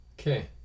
okay